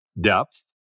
depth